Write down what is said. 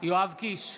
יואב קיש,